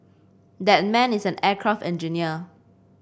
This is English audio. that man is an aircraft engineer